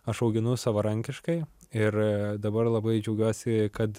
aš auginu savarankiškai ir dabar labai džiaugiuosi kad